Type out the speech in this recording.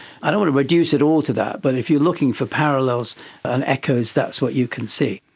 i don't want to reduce it all to that but if you're looking for parallels and echoes, that's what you can see.